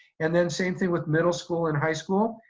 and then same thing with middle school and high school.